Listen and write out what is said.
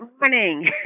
morning